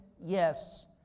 yes